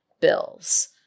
bills